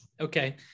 Okay